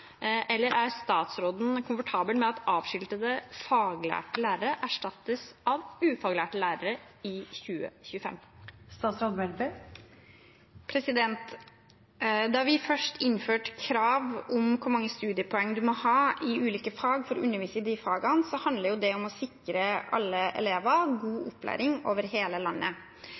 eller er statsråden komfortabel med at avskiltede faglærte lærere erstattes av ufaglærte lærere i 2025? Da vi først innførte krav om hvor mange studiepoeng man må ha i ulike fag for å undervise i de fagene, handlet det om å sikre alle elever over hele landet god opplæring.